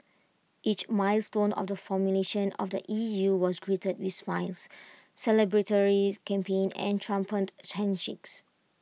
each milestone of the formulation of the E U was greeted with smiles celebratory champagne and triumphant